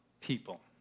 people